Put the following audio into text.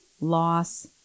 loss